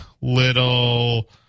little